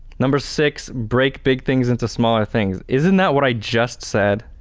number six, break big things into smaller things. isn't that what i just said?